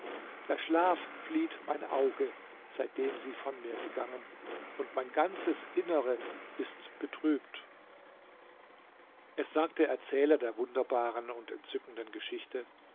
der schlaf flieht mein auge seitdem sie von mir gegangen und mein ganzes innere ist betrübt es sagt der erzähler der wunderbaren und entzückenden geschichte